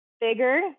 bigger